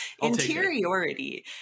interiority